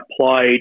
applied